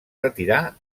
retirà